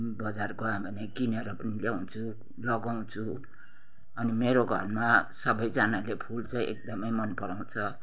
बजार गएँ भने किनेर पनि ल्याउँछु लगाउँछु अनि अनि मेरो घरमा सबैजनाले फुल चाहिँ एकदमै मन पराउँछ